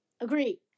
Agree